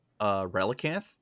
Relicanth